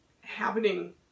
happening